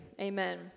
Amen